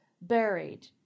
buried